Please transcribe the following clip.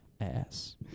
ass